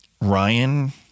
Ryan